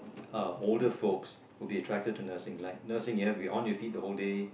oh older folks would be attract to nursing like nursing you have to be on your feet the whole day